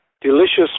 delicious